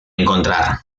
encontrar